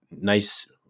nice